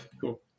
cool